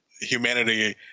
humanity